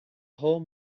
whole